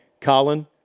Colin